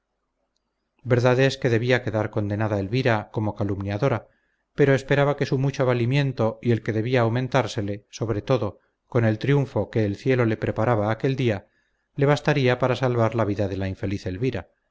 es que debía quedar condenada elvira como calumniadora pero esperaba que su mucho valimiento y el que debía aumentársele sobre todo con el triunfo que el cielo le preparaba aquel día le bastaría para salvar la vida de la infeliz elvira